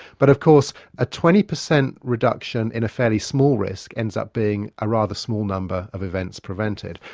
but of course a twenty percent reduction in a fairly small risk ends up being a rather small number of events prevented.